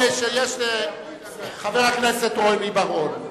חבר הכנסת רוני בר-און,